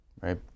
Right